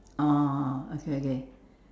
oh okay okay